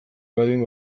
baldin